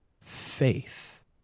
faith